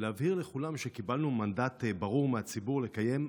להבהיר לכולם שקיבלנו מנדט ברור מהציבור לקיים,